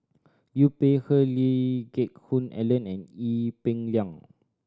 Liu Peihe Lee Geck Hoon Ellen and Ee Peng Liang